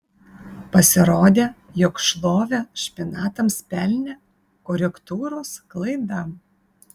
pasirodė jog šlovę špinatams pelnė korektūros klaida